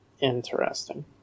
Interesting